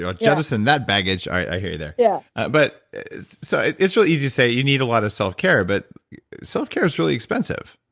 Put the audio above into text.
ah jettison that baggage. i hear you there. yeah but so it's it's really easy to say, you need a lot of self-care. but self-care is really expensive.